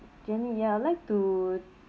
janice ya I'd like to